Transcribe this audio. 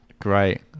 great